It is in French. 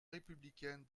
républicaine